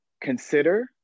consider